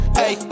hey